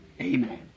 Amen